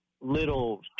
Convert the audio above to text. little